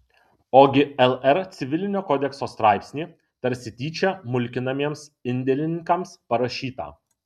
ogi lr civilinio kodekso straipsnį tarsi tyčia mulkinamiems indėlininkams parašytą